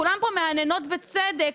כולן פה מהנהנות בצדק.